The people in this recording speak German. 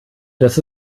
das